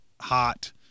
hot